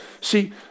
See